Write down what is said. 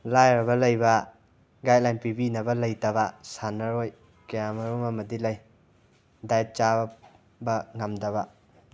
ꯂꯥꯏꯔꯔꯒ ꯂꯩꯕ ꯒꯥꯏꯠꯂꯥꯏꯟ ꯄꯤꯕꯤꯅꯕ ꯂꯩꯇꯕ ꯁꯥꯟꯅꯔꯣꯏ ꯀꯌꯥꯃꯔꯨꯝ ꯑꯃꯗꯤ ꯂꯩ ꯗꯥꯏꯠ ꯆꯥꯕ ꯉꯝꯗꯕ